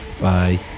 Bye